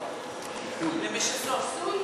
לשסות?